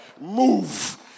move